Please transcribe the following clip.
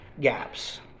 gaps